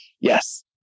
Yes